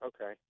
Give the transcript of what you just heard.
Okay